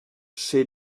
che